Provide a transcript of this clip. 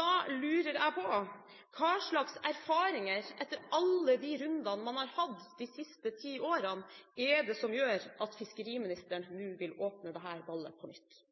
Da lurer jeg på: Hva slags erfaringer – etter alle de rundene man har hatt de siste ti årene – er det som gjør at fiskeriministeren nå vil åpne dette ballet på nytt?